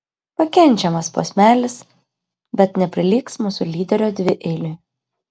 pakenčiamas posmelis bet neprilygs mūsų lyderio dvieiliui